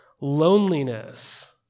loneliness